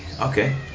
Okay